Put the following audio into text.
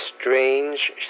strange